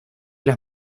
las